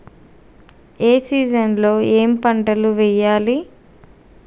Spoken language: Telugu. ఏ సీజన్ లో ఏం పంటలు వెయ్యాలి?